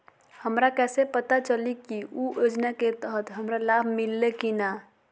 हमरा कैसे पता चली की उ योजना के तहत हमरा लाभ मिल्ले की न?